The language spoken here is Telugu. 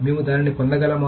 మేము దానిని పొందగలమా